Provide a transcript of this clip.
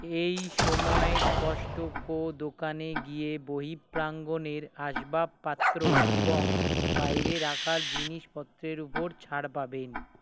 এই সময়ে কস্টকো দোকানে গিয়ে বহিঃপ্রাঙ্গণের আসবাবপাত্র এবং বাইরে রাখার জিনিসপত্রের উপর ছাড় পাবেন